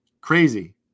Crazy